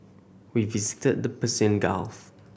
we visited the Persian Gulf